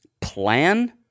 plan